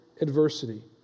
adversity